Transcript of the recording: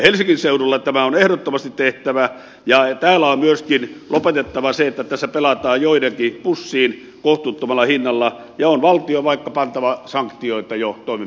helsingin seudulla tämä on ehdottomasti tehtävä ja täällä on myöskin lopetettava se että pelataan joidenkin pussiin kohtuuttomalla hinnalla ja valtion on vaikka pantava sanktioita jo toimenpiteiden päälle